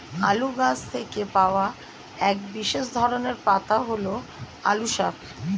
আলু গাছ থেকে পাওয়া এক বিশেষ ধরনের পাতা হল আলু শাক